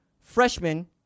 freshman